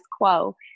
quo